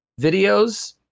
videos